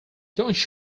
don’t